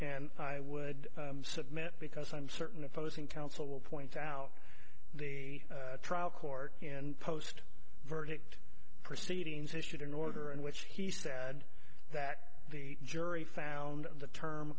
and i would submit because i'm certain opposing counsel will point out the trial court and post verdict proceedings issued an order in which he said that the jury found the term